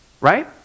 right